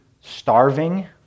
starving